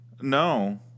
No